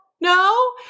no